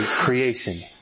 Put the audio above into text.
creation